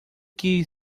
que